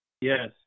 Yes